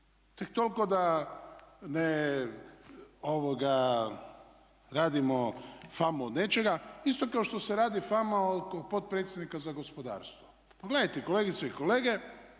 Tek toliko da ne radimo famu od nečega, isto kao što se radi fama oko potpredsjednika za gospodarstvo. Pogledajte kolegice i kolege